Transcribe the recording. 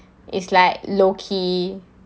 is like low key